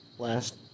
Last